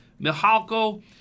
Milhalko